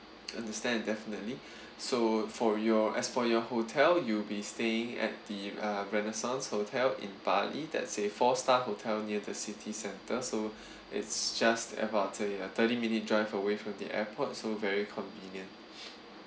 understand definitely so for your as for your hotel you'll be staying at the uh renaissance hotel in bali that say four star hotel near the city centre so it's just about to uh thirty minute drive away from the airport so very convenient